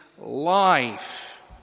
life